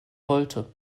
wollte